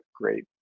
great